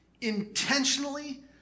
intentionally